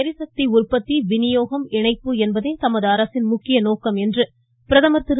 ளிசக்தி உற்பத்தி வினியோகம் இணைப்பு என்பதே தமது அரசின் முக்கிய நோக்கம் என்று பிரதமர் திரு